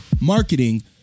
marketing